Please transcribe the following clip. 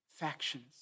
factions